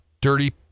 dirty